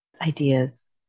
ideas